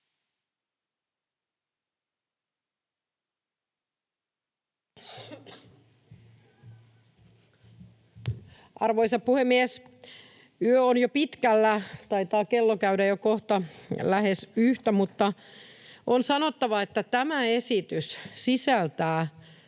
Arvoisa puhemies! Yö on jo pitkällä, taitaa kello käydä kohta jo lähes yhtä, mutta on sanottava, että tämä esitys sisältää